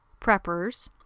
preppers